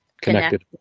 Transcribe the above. connected